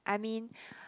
I mean